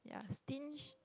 yeah stinge